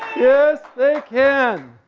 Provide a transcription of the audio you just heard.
yes they can!